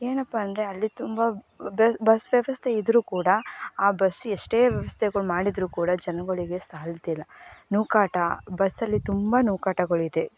ಏನಪ್ಪಾ ಅಂದರೆ ಅಲ್ಲಿ ತುಂಬ ಬಸ್ ವ್ಯವಸ್ಥೆ ಇದ್ದರೂ ಕೂಡ ಆ ಬಸ್ ಎಷ್ಟೇ ವ್ಯವಸ್ಥೆಗಳ್ ಮಾಡಿದ್ದರೂ ಕೂಡ ಜನಗಳಿಗೆ ಸಾಲುತ್ತಿಲ್ಲ ನೂಕಾಟ ಬಸ್ಸಲ್ಲಿ ತುಂಬ ನೂಕಾಟಗಳು ಇದೆ